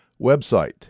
website